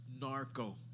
narco